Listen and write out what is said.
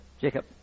Jacob